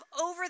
over